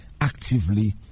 actively